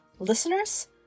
Listeners